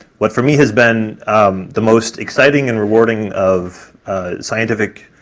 what for me has been the most exciting and rewarding of scientific